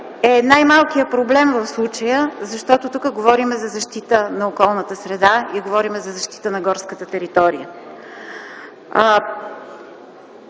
е най-малкият проблем в случая, защото тук говорим за защита на околната среда и на горската територия.